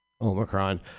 Omicron